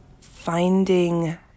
finding